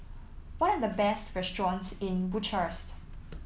what are the best restaurants in Bucharest